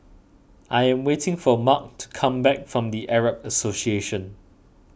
I am waiting for Marc to come back from the Arab Association